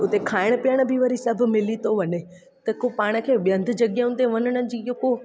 हुते खाइण पीअण बि वरी सभु मिली थो वञे त पाण खे ॿियनि हंधि जॻहियुनि ते वञण जी को